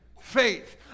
Faith